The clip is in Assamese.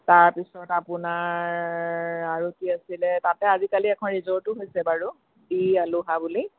তাৰপিছত আপোনাৰ আৰু কি আছিলে তাতে আজিকালি এখন ৰিজৰ্টো হৈছে বাৰু